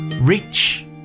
rich